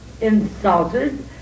insulted